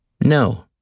No